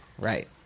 Right